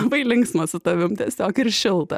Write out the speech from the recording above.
labai linksma su tavim tiesiog ir šilta